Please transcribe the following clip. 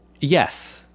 yes